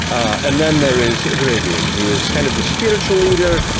and then there is viridian, who is kind of the spiritual leader,